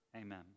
Amen